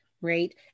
right